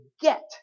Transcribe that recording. get